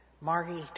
Margie